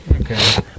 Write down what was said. Okay